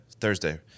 Thursday